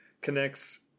connects